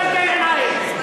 למה אתה מגלגל עיניים?